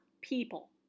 people